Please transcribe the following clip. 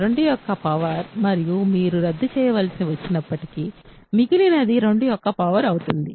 2 యొక్క పవర్ మరియు మీరు రద్దు చేయవలసి వచ్చినప్పటికీ మిగిలినది 2 యొక్క పవర్ అవుతుంది